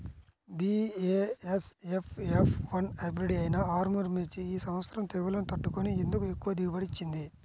BASF F one hybrid అయినా ఆర్ముర్ మిర్చి ఈ సంవత్సరం తెగుళ్లును తట్టుకొని ఎందుకు ఎక్కువ దిగుబడి ఇచ్చింది?